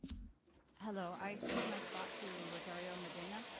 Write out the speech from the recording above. hello i cede my spot to rosario medina.